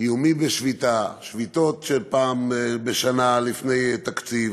איומים בשביתה, שביתות של פעם בשנה לפני תקציב.